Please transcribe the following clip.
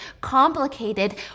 complicated